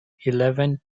eleven